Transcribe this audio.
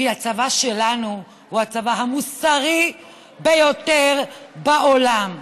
כי הצבא שלנו הוא הצבא המוסרי ביותר בעולם.